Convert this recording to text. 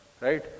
right